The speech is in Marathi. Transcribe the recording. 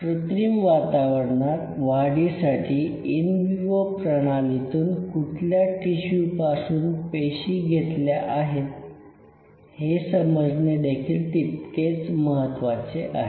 कृत्रिम वातावरणात वाढीसाठी इन विवो प्रणालीतून कुठल्या टिशू पासून पेशी घेतल्या आहेत हे समजणेदेखील तितकेच महत्वाचे आहे